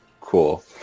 Cool